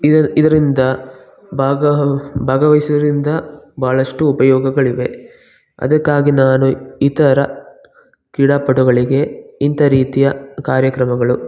ಇದ ಇದರಿಂದ ಭಾಗ ಭಾಗವಹಿಸೋದ್ರಿಂದ ಭಾಳಷ್ಟು ಉಪಯೋಗಗಳಿವೆ ಅದಕ್ಕಾಗಿ ನಾನು ಇತರ ಕ್ರೀಡಾಪಟುಗಳಿಗೆ ಇಂಥ ರೀತಿಯ ಕಾರ್ಯಕ್ರಮಗಳು